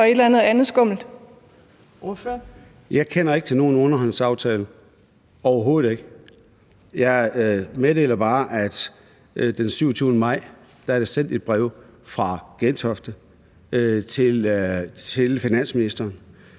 Jeg kender ikke til nogen underhåndsaftale – overhovedet ikke. Jeg meddeler bare, at den 27. maj er der sendt et brev fra Gentofte til finansministeren